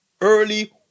early